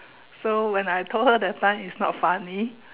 so when I told her that time is not funny